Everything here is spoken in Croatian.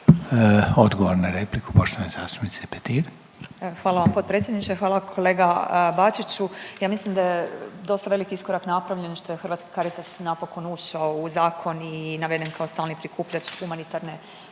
Odgovor na repliku poštovane zastupnice Petir. **Petir, Marijana (Nezavisni)** Hvala vam potpredsjedniče. Hvala kolega Bačiću, ja mislim da je dosta veliki iskorak napravljen što je Hrvatski Caritas napokon ušao u zakon i naveden kao stalni prikupljač humanitarne